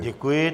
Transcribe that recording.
Děkuji.